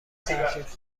خواهد